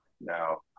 Now